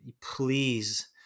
please